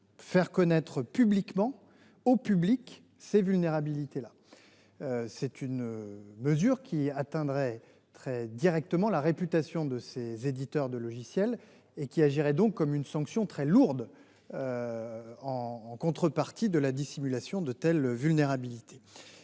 faire connaître publiquement ces vulnérabilités-là. C'est une mesure qui attenterait directement à la réputation de ces éditeurs de logiciels et qui agirait donc comme une sanction très lourde, en contrepartie de la dissimulation de telles vulnérabilités.